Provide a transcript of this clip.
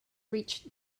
reached